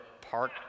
park